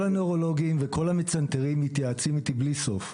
כל הנוירולוגים וכל המצנתרים מתייעצים איתי בלי סוף.